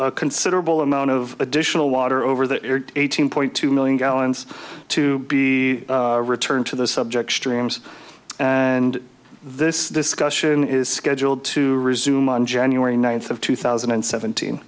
considerable considerable amount of additional water over the eighteen point two million gallons to be returned to the subject streams and this discussion is scheduled to resume on january ninth of two thousand and seventeen